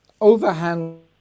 overhang